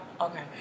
Okay